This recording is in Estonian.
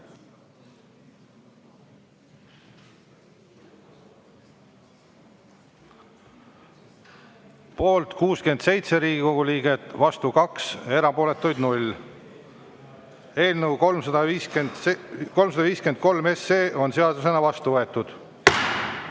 Poolt on 67 Riigikogu liiget, vastu 2, erapooletuid 0. Eelnõu 353 on seadusena vastu võetud.